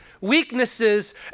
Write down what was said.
weaknesses